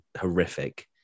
horrific